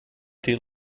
deal